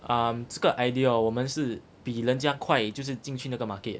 um 这个 idea hor 我们是比人家快就是进去那个 market